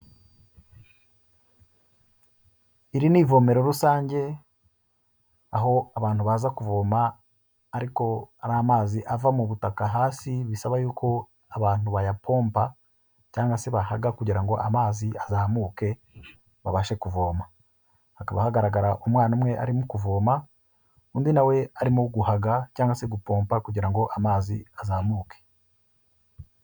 Iri ni ivomero rusange, aho abantu baza kuvoma ariko ari amazi ava mu butaka hasi bisaba yuko abantu bayapomba cyangwa se bahaga kugira ngo amazi azamuke babashe kuvoma. Hakaba hagaragara umwana umwe arimo kuvoma undi nawe arimo guhaga cyangwa se gupomba kugira ngo amazi azamuke.